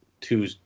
two